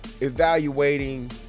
evaluating